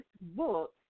book